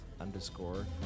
underscore